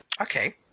Okay